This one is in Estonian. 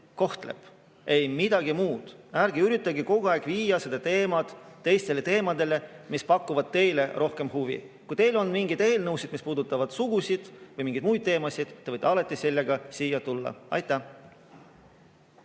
kohtleb. Ei midagi muud. Ärge üritage kogu aeg viia [arutelu] teistele teemadele, mis pakuvad teile rohkem huvi. Kui teil on mingeid eelnõusid, mis puudutavad sugusid või mingeid muid teemasid, te võite alati nendega siia tulla. Rohkem